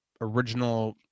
original